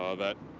ah that